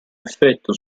effetto